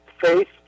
faith